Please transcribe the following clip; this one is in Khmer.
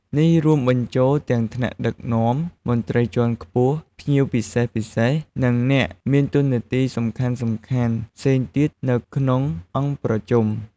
នេះរួមបញ្ចូលទាំងថ្នាក់ដឹកនាំ មន្ត្រីជាន់ខ្ពស់ ភ្ញៀវពិសេសៗ និងអ្នកមានតួនាទីសំខាន់ៗផ្សេងទៀតនៅក្នុងអង្គប្រជុំ។